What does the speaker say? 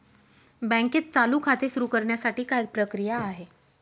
बँकेत चालू खाते सुरु करण्यासाठी काय प्रक्रिया आहे?